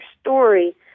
story